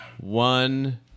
One